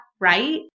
right